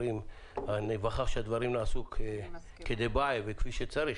ניווכח שהדברים נעשו כדבעי וכפי שצריך.